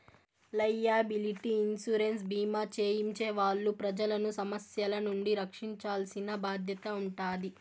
liability insurance భీమా చేయించే వాళ్ళు ప్రజలను సమస్యల నుండి రక్షించాల్సిన బాధ్యత ఉంటాది